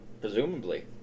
Presumably